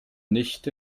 nicht